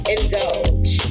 Indulge